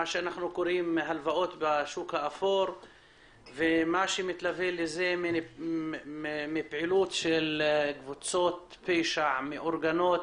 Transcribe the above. הלוואות בשוק האפור ומה שמתלווה לזה בפעילות של קבוצות פשע מאורגנות